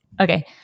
Okay